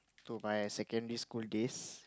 to my secondary school days